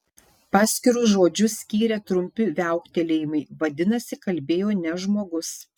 paskirus žodžius skyrė trumpi viauktelėjimai vadinasi kalbėjo ne žmogus